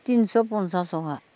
तिनस' पन्सासआवहा